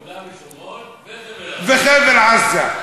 ביהודה ושומרון וחבל-עזה.